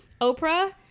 Oprah